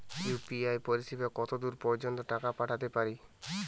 UPI পরিসেবা কতদূর পর্জন্ত টাকা পাঠাতে পারি?